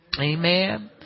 Amen